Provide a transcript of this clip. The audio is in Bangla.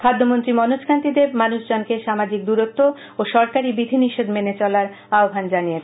খাদ্যমন্ত্রী মনোজ কান্তি দেব মানুষজনকে সামাজিক দূরত্ব ও সরকারি বিধিনিষেধ মেনে চলার আহ্হান জানিয়েছেন